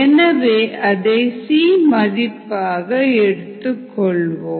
எனவே அதை c மதிப்பாக எடுத்துக் கொள்வோம்